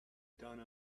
done